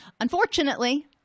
Unfortunately